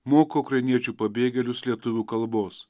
moko ukrainiečių pabėgėlius lietuvių kalbos